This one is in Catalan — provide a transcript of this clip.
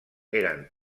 eren